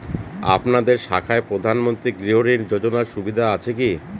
আপনাদের শাখায় প্রধানমন্ত্রী গৃহ ঋণ যোজনার সুবিধা আছে কি?